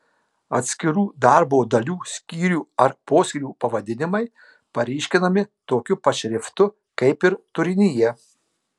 atskirų darbo dalių skyrių ar poskyrių pavadinimai paryškinami tokiu pat šriftu kaip ir turinyje